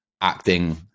acting